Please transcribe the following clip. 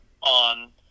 on